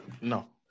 no